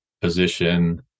position